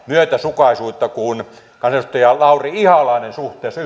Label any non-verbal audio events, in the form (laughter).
myötäsukaisuutta kuin kansanedustaja lauri ihalainen suhteessa (unintelligible)